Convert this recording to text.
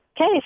okay